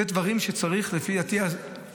אלה דברים שצריך, לפי דעתי